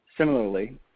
Similarly